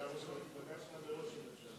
הוא היה ראש המפלגה שלך, וראש הממשלה.